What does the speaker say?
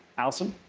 allison?